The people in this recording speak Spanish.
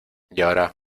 ahora